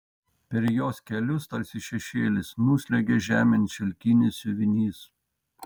per jos kelius tarsi šešėlis nusliuogia žemėn šilkinis siuvinys